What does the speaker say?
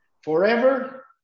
forever